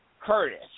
Curtis